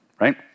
right